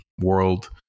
world